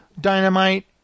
Dynamite